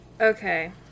Okay